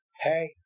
Hey